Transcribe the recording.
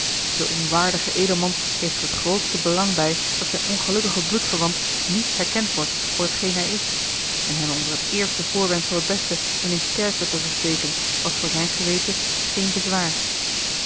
de onwaardige edelman heeft er het grootste belang bij dat zijn ongelukkige bloedverwant niet herkend wordt voor hetgeen hij is en hem onder het eerste voorwendsel het beste in een kerker te versteken was voor zijn geweten geen bezwaar